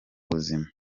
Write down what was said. buzima